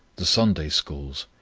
the sunday schools,